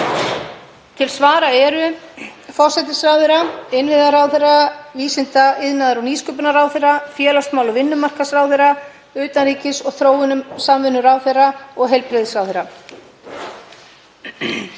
Til svara eru: Forsætisráðherra, innviðaráðherra, vísinda-, iðnaðar- og nýsköpunarráðherra, félagsmála- og vinnumarkaðsráðherra, utanríkis- og þróunarsamvinnuráðherra og heilbrigðisráðherra.